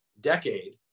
decade